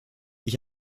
ich